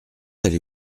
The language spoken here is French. allez